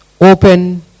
open